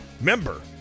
member